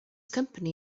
company